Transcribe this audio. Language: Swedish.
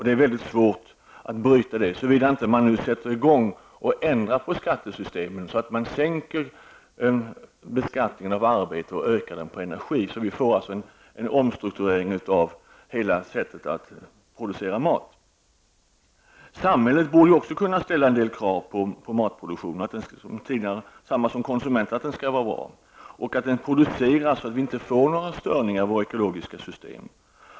Det är mycket svårt att bryta den ordningen, såvida inte skattesystemet ändras i riktning mot sänkt skatt på arbete och höjd skatt på energi. Det leder till en omstrukturering av hela sättet att producera mat. Samhället bör också kunna ställa en del krav på matproduktionen på samma sätt som konsumenterna gör det. Maten bör produceras så att det inte uppstår störningar i vårt ekologiska system.